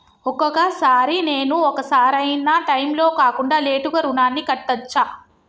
ఒక్కొక సారి నేను ఒక సరైనా టైంలో కాకుండా లేటుగా రుణాన్ని కట్టచ్చా?